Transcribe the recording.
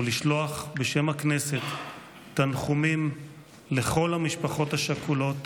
לשלוח בשם הכנסת תנחומים לכל המשפחות השכולות